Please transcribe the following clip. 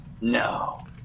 No